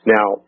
Now